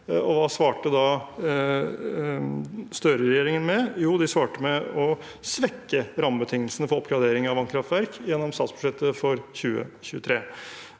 Hva svarte da Støre-regjeringen med? Jo, de svarte med å svekke rammebetingelsene for oppgradering av vannkraftverk gjennom statsbudsjettet for 2023.